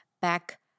back